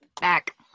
Back